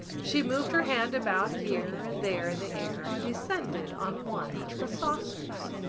she moved her hand about here and there in the air and descended on one of the saucers.